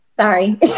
sorry